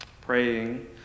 Praying